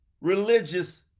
religious